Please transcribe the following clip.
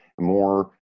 more